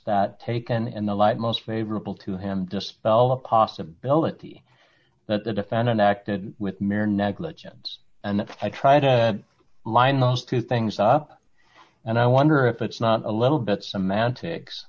that taken in the light most favorable to him dispel the possibility that the defendant acted with mere negligence and i try to line those two things up and i wonder if it's not a little bit semantics